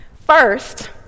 First